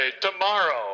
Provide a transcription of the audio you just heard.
tomorrow